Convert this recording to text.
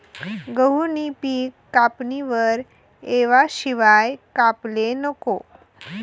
गहूनं पिक कापणीवर येवाशिवाय कापाले नको